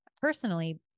personally